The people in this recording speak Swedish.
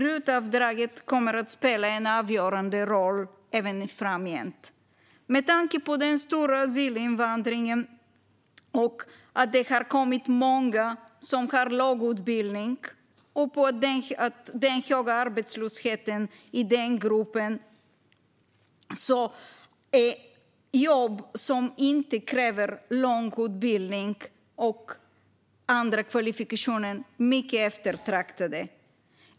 RUT-avdraget kommer att spela en avgörande roll även framgent. Med tanke på den stora asylinvandringen, där det har kommit många som har låg utbildning, och med tanke på den höga arbetslösheten i denna grupp är jobb som inte kräver lång utbildning och andra kvalifikationer mycket eftertraktade.